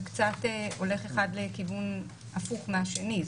זה קצת הולך לכיוון הפוך אחד מהשני.